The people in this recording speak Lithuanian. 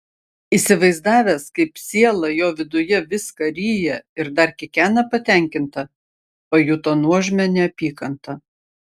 įsivaizdavęs kaip siela jo viduje viską ryja ir dar kikena patenkinta pajuto nuožmią neapykantą